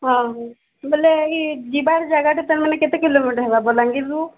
ହଁ ବେଲେ ଯିବାର୍ ଜାଗାଟେ ତାର୍ ମାନେ କେତେ କିଲୋମିଟର୍ ହେବା ବଲାଙ୍ଗୀରରୁ